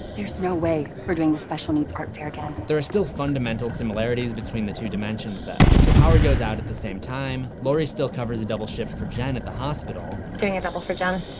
there's no way we're doing the special needs art fair again. there are still fundamental similarities between the two dimensions though. the power goes out at the same time, lori still covers a double shift for jen at the hospital, doing a double for jen.